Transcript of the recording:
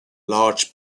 large